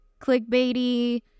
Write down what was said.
clickbaity